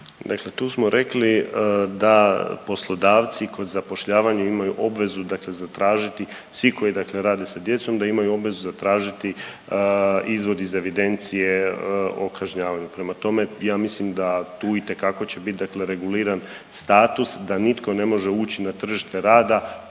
Dakle, tu smo rekli da poslodavci kod zapošljavanja imaju obvezu zatražiti svi koji rade sa djecom da imaju obvezu zatražiti izvod iz evidencije o kažnjavanju. Prema tome, ja mislim da tu itekako će bit reguliran status da nitko ne može ući na tržište rada